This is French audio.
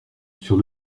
sur